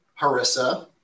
harissa